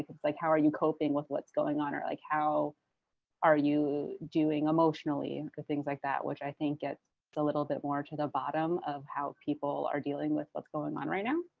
it's like how are you coping with what's going on. or like how are you doing emotionally or things like that. which i think it's a little bit more to the bottom of how people are dealing with what's going on right now.